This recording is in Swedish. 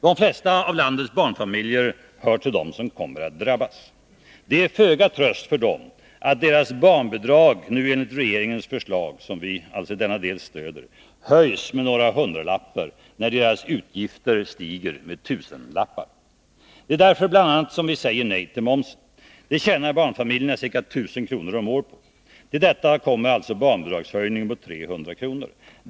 De flesta av landets barnfamiljer hör till dem som kommer att drabbas. Det är föga tröst för dem att deras barnbidrag enligt regeringens förslag, som 85 vi i denna del stöder, höjs med några hundralappar, när deras utgifter stiger med tusenlappar. Det är bl.a. därför som vi säger nej till momsen. Det tjänar en barnfamilj ca 1000 kr. om året på. Till detta kommer barnbidragshöjningen på 300 kr.